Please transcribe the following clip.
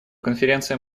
конференция